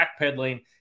backpedaling